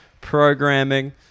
programming